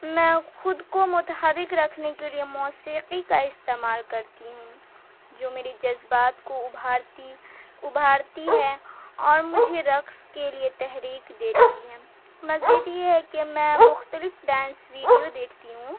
میں خود کو متحرک رکھنے کے لیے موسیقی کا استعمال کرتی ہوں جو میری جذبات کو ابھارتی ابھارتی ہے اور مجھے رقص کے لیے تحریک دیتی ہے مزید یہ ہے کہ میں مختلف ڈانس ویڈیو دیکھتی ہوں